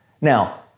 Now